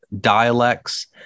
dialects